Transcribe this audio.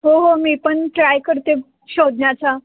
हो हो मी पण ट्राय करते शोधण्याचा